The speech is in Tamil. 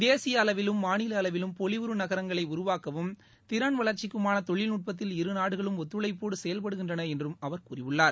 தேசிய அளவிலும் மாநில அளவிலும் பொலிவுறு நகரங்களை உருவாக்கவும் திறன் வளர்ச்சிக்குமான தொழில்நுட்பத்தில் இரு நாடுகளும் ஒத்துழைப்போடு செயல்படுகின்றன என்றும் அவர் கூறியுள்ளார்